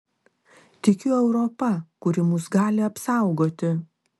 tikiu europa kuri mus gali apsaugoti